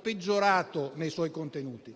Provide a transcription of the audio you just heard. peggiorato nei suoi contenuti: